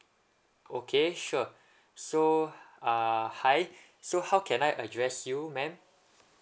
okay sure so uh hi so how can I address you ma'am